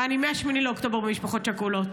ואני מ-8 באוקטובר אצל משפחות שכולות,